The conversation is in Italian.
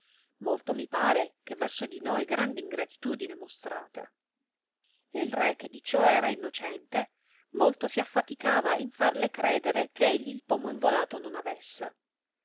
molto mi pare che verso di noi grande ingratitudine mostrate il re che di ciò era innocente molto si affaticava in farle credere che egli il pomo involato non avesse